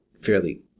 fairly